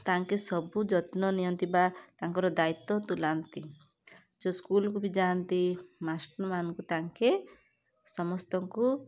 ତାଙ୍କେ ସବୁ ଯତ୍ନ ନିଅନ୍ତି ବା ତାଙ୍କର ଦାୟିତ୍ଵ ତୁଲାନ୍ତି ଯେଉଁ ସ୍କୁଲ୍କୁ ବି ଯାଆନ୍ତି ମାଷ୍ଟର୍ ମାନଙ୍କୁ ତାଙ୍କେ ସମସ୍ତଙ୍କୁ